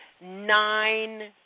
nine